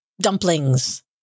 Dumplings